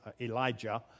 Elijah